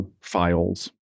files